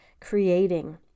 creating